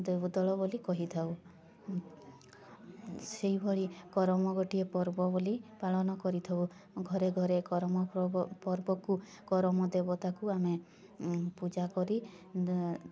ଦେବଦଳନ ବୋଲି କହିଥାଉ ସେହିଭଳି କରମ ଗୋଟିଏ ପର୍ବ ବୋଲି ପାଳନ କରିଥାଉ ଘରେ ଘରେ କରମ ପର୍ବ ପର୍ବକୁ କରମ ଦେବତାକୁ ଆମେ ପୂଜା କରି